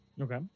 Okay